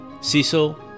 Cecil